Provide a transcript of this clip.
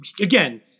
again